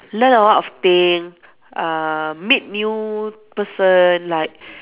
learn a lot of thing uh meet new person like